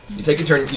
you take your turn.